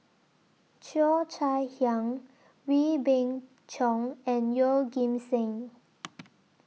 Cheo Chai Hiang Wee Beng Chong and Yeoh Ghim Seng